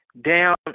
down